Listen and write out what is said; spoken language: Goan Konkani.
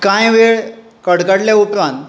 कांय वेळ कडकडल्या उपरांत